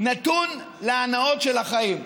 נתון להנאות של החיים.